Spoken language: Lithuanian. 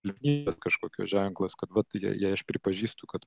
silpnybės kažkokios ženklas kad vat je jei aš pripažįstu kad